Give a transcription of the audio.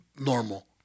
normal